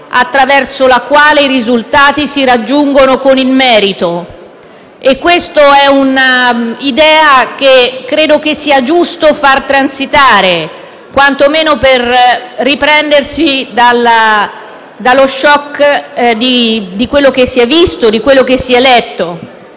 attraverso la quale i risultati si raggiungono con il merito. Questa è un'idea che credo sia giusto far transitare, quantomeno per riprendersi dallo *shock* di quello che si è visto e di quello che si è letto.